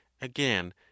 again